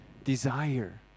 Desire